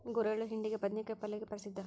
ಗುರೆಳ್ಳು ಹಿಂಡಿಗೆ, ಬದ್ನಿಕಾಯ ಪಲ್ಲೆಗೆ ಪ್ರಸಿದ್ಧ